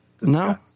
No